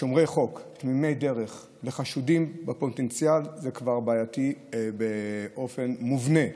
שומרי חוק ותמימי דרך לחשודים בפוטנציאל זה כבר בעייתי באופן מובנה.